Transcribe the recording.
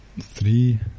Three